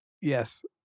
Yes